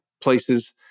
places